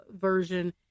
version